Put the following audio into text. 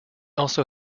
also